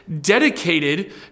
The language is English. dedicated